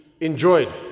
enjoyed